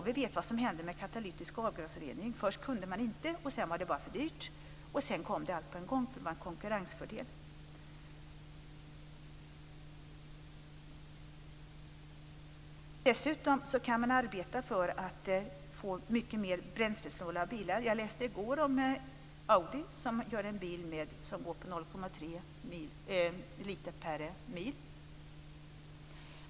Vi vet vad som hände med katalytisk avgasrening - först kunde man inte, sedan var det för dyrt och sedan kom allt på en gång eftersom det blev en konkurrensfördel. Dessutom kan man arbeta för att få mycket mer bränslesnåla bilar. Jag läste i går att Audi gör en bil som förbrukar 0,3 liter per mil.